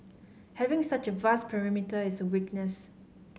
having such a vast perimeter is a weakness